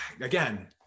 again